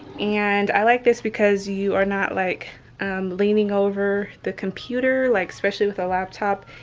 and i like this because you are not like leaning over the computer, like especially with a laptop,